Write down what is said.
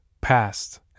past